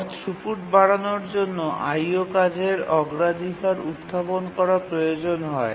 গড় থ্রুপুট বাড়ানোর জন্য IO কাজের অগ্রাধিকার উত্থাপন করা প্রয়োজন হয়